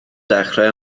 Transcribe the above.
dechrau